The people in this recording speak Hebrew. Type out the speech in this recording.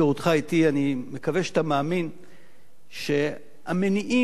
אני מקווה שאתה מאמין שהמניעים הם בדרך